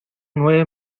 nueve